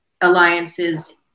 alliances